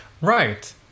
right